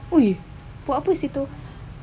!oi! buat apa situ